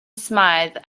smythe